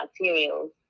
materials